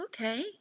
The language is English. Okay